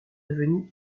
devenus